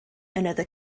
another